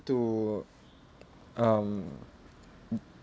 to um th~